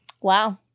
Wow